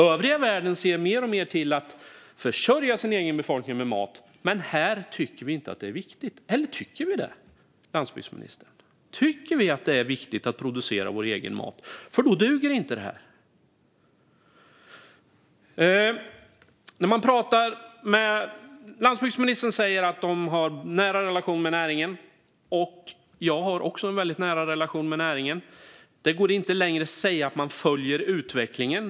Övriga världen ser mer och mer till att försörja sin egen befolkning med mat. Men här tycker vi inte att det är viktigt. Eller tycker vi det, landsbygdsministern? Tycker vi att det är viktigt att producera vår egen mat? I så fall duger inte detta. Landsbygdsministern säger att man har en nära relation med näringen. Jag har också en väldigt nära relation med näringen. Det går inte längre att säga att man följer utvecklingen.